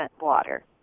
water